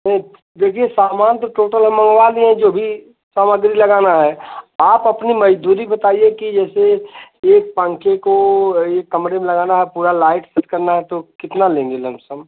नहीं देखिए सामान तो टोटल हम मँगवा लिए हैं जो भी सामग्री लगाना है आप अपनी मजदूरी बताइए कि जैसे एक पंखे को एक कमरे में लगाना है पूरा लाइट फिट करना है तो कितना लेंगे लमसम